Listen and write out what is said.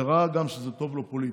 וראה גם שזה טוב לו פוליטית,